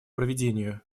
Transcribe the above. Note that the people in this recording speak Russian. проведению